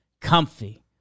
comfy